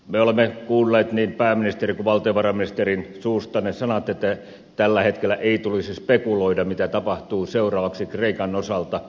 me olemme kuulleet niin pääministerin kuin valtiovarainministerin suusta ne sanat että tällä hetkellä ei tulisi spekuloida mitä tapahtuu seuraavaksi kreikan osalta